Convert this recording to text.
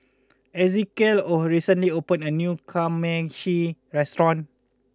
Ezekiel or recently opened a new Kamameshi restaurant